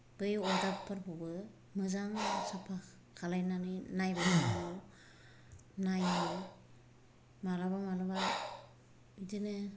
बै अरदाबफोरखौबो मोजां साफा खालायनानै नायबाय थानांगौ नायो मालाबा मालाबा बिदिनो